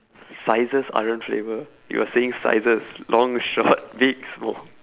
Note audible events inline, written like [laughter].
sizes aren't flavour you're saying sizes long short [laughs] big small